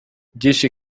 byinshi